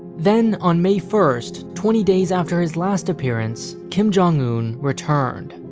then, on may first, twenty days after his last appearance, kim jong-un returned.